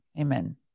Amen